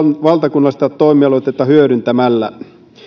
valtakunnallista toimialuetta hyödyntämällä